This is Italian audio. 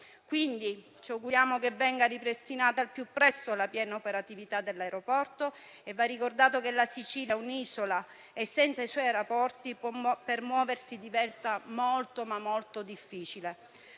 Quindi ci auguriamo che venga ripristinata al più presto la piena operatività dell'aeroporto. Va ricordato che la Sicilia è un'isola e, senza i suoi aeroporti, muoversi diventa davvero molto difficile.